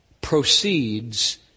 proceeds